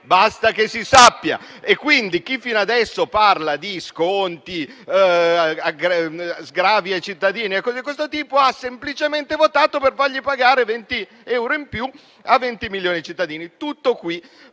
Basta che si sappia. Chi fino a adesso ha parlato di sconti, di sgravi ai cittadini e di cose di questo tipo ha semplicemente votato per far pagare 20 euro in più a 20 milioni di cittadini. Tutto qui.